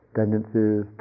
tendencies